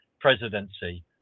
presidency